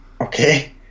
okay